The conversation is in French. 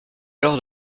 alors